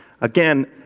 Again